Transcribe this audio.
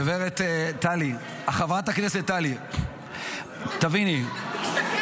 גב' טלי, חברת הכנסת טלי, תביני --- זה לא נכון.